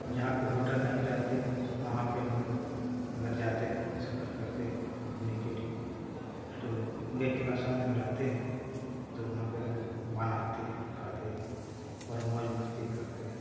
तो जहाँ पर होटल नहीं रहते हैं वहाँ पर हमलोग अगर जाते हैं सफ़र करते हैं घूमने के लिए तो गैस चूल्हा साथ में रखते हैं तो वहाँ पर हमलोग बनाते हैं खाते हैं और मौज़ मस्ती करते हैं